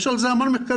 יש על זה המון מחקרים,